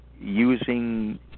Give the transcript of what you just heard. using